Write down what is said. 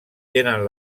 tenen